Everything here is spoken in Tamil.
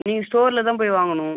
நீங்கள் ஸ்டோர்ல தான் போய் வாங்கணும்